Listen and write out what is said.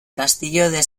castillo